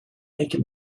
make